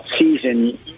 season